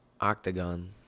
octagon